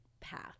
path